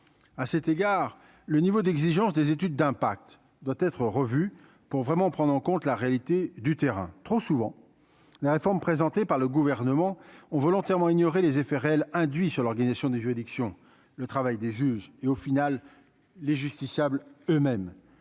à cet égard le niveau d'exigence des études d'impact doit être revu pour vraiment prendre en compte la réalité du terrain trop souvent la réforme présentée par le gouvernement ont volontairement ignoré les effets réels induit sur l'organisation des juridictions, le travail des juges et, au final, les justiciables eux-mêmes